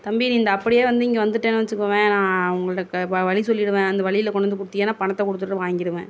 தம்பி நீ இந்த அப்படியே வந்து இங்கே வந்துட்டேன்னு வெச்சுக்கோயேன் நான் உங்களுக்கு வழி சொல்லிடுவேன் அந்த வழியில் கொண்டு வந்து கொடுத்தீகனா பணத்தை கொடுத்துட்டு வாங்கிடுவேன்